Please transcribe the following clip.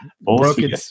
broken